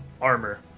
armor